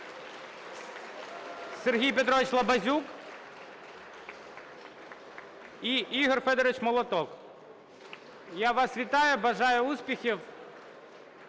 Сергій Петрович Лабазюк і Ігор Федорович Молоток. (Оплески) Я вас вітаю! Бажаю успіхів!